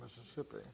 Mississippi